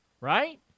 Right